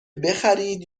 بخرید